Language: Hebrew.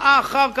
שעה אחר כך,